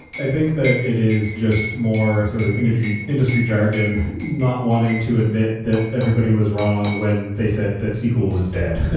i think that it is just more sort of industry industry jargon, not wanting to admit that everybody was wrong when they said that sql was dead.